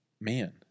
man